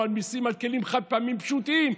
או מיסים על כלים חד-פעמיים פשוטים,